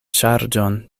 ŝarĝon